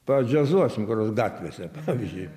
padžiazuosim kur nors gatvėse pavyzdžiui